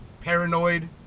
paranoid